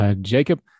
Jacob